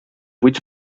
buits